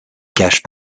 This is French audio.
cachent